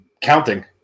counting